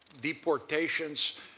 deportations